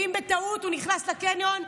ואם בטעות הוא נכנס לקניון,